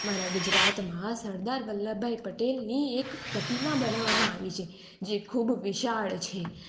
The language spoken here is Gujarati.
મારા ગુજરાતમાં સરદાર વલ્લભભાઈ પટેલની એક પ્રતિમા બનાવવામાં આવી છે જે ખૂબ વિશાળ છે